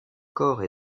corps